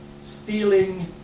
stealing